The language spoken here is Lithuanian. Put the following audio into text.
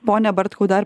pone bartkau dar